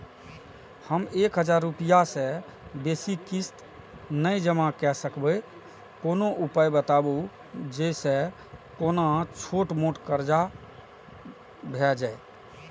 हम एक हजार रूपया से बेसी किस्त नय जमा के सकबे कोनो उपाय बताबु जै से कोनो छोट मोट कर्जा भे जै?